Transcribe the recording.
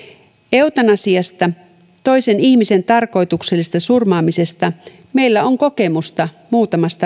eutanasiasta toisen ihmisen tarkoituksellisesta surmaamisesta meillä on kokemusta muutamasta